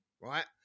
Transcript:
Right